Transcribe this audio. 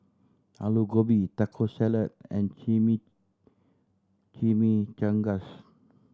Alu Gobi Taco Salad and Chimi Chimichangas